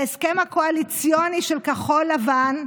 בהסכם הקואליציוני של כחול לבן,